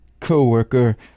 co-worker